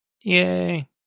Yay